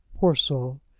poor soul!